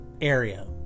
area